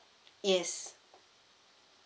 yes